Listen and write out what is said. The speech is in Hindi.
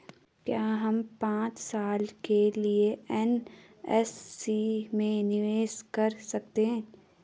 क्या हम पांच साल के लिए एन.एस.सी में निवेश कर सकते हैं?